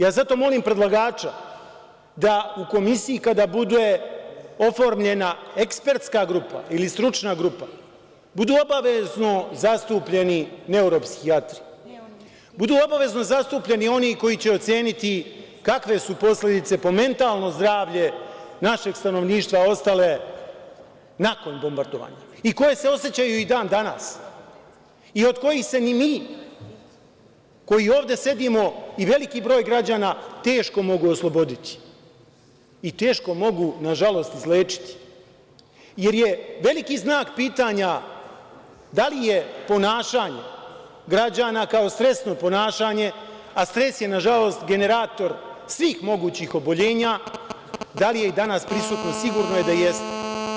Zato molim predlagača da u komisiji, kada bude oformljena ekspertska grupa ili stručna grupa, budu obavezno zastupljeni neuropsihijatri, budu obavezno zastupljeni oni koji će oceniti kakve su posledice po mentalno zdravlje našeg stanovništva ostale nakon bombardovanja i koje se osećaju i dan danas i od kojih se ni mi, koji ovde sedimo, i veliki broj građana teško možemo osloboditi i teško mogu, na žalost izlečiti, jer je veliki znak pitanja da li je ponašanje građana, kao stresno ponašanje, a stres je na žalost generator svih mogućih oboljenja, da li je danas prisutno, sigurno da jeste.